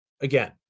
again